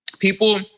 People